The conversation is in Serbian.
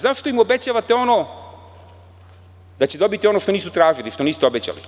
Zašto im obećavate da će dobiti ono što nisu tražili, što niste obećali?